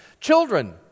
Children